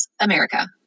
America